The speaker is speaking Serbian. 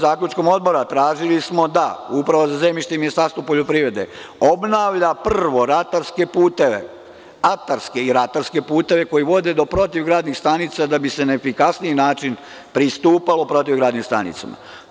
Zaključkom Odbora tražili smo da Uprava za zemljište i Ministarstvo poljoprivrede obnavlja prvo ratarske puteve, atarske i ratarske puteve koji vode do protivgradnih stanica da bi se na efikasniji način pristupalo protivgradnim stanicama.